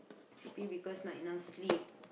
sleepy because not enough sleep